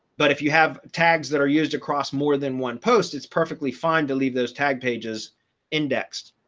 but if you have tags that are used across more than one post, it's perfectly fine to leave those tag pages indexed,